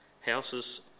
houses